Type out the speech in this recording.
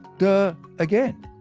der again!